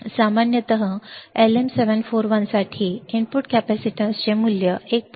सामान्यतः LM741 साठी input कॅपेसिटन्सचे मूल्य 1